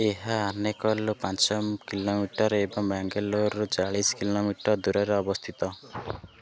ଏହା ଆନେକଲ୍ ରୁ ପାଞ୍ଚ କିଲୋମିଟର୍ ଏବଂ ବାଙ୍ଗାଲୋର୍ ରୁ ଚାଳିଶି କିଲୋମିଟର୍ ଦୂରରେ ଅବସ୍ଥିତ